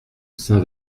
saint